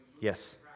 Yes